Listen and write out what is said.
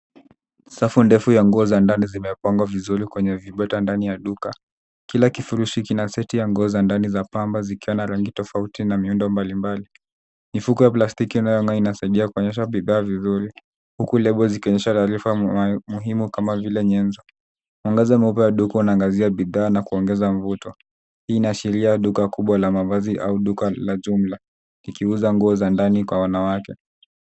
Safu ndefu ya nguo za ndani zimepangwa vizuri kwenye vibweta ndani ya duka. Kila kifurushi kina seti ya nguo za ndani za pamba zikiwa na rangi tofauti na miundo mbalimbali. Mifuko ya plastiki inayong'aa inasaidia kuonyesha bidhaa vizuri, huku lebo zikionyesha taarifa muhimu kama vile nyenzo. Mwangaza mweupe wa duka unaangazia bidhaa na kuongeza mvuto, hii inaashiria duka kubwa la mavazi au duka la jumla likiuza nguo za ndani kwa wanawake